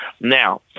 Now